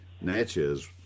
Natchez